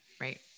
Right